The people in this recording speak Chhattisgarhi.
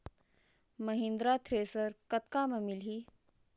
महिंद्रा थ्रेसर कतका म मिलही?